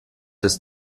des